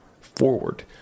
forward